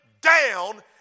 down